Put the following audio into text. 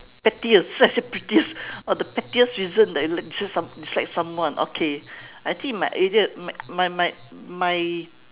pettiest I say prettiest oh the pettiest reason that I just some dislike someone okay I think it might easier my my my my